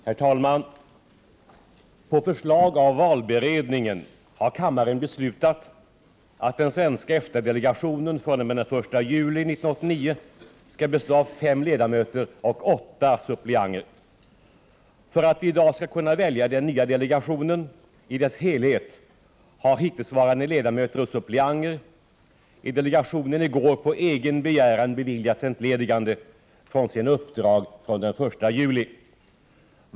Herr talman! På förslag av valberedningen har kammaren beslutat att den svenska EFTA-delegationen fr.o.m. den 1 juli 1989 skall bestå av 5 ledamöter och 8 suppleanter. För att vi i dag skall kunna välja den nya delegationen i dess helhet har hittillsvarande ledamöter och suppleanter i delegationen i går på egen begäran beviljats entledigande från sina uppdrag från den 1 juli.